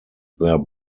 their